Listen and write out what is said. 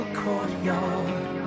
courtyard